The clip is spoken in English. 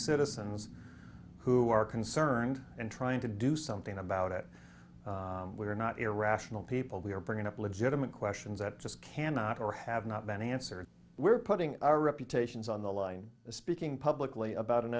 citizens who are concerned and trying to do something about it we are not irrational people we are bringing up legitimate questions that just cannot or have not been answered we're putting our reputations on the line speaking publicly about an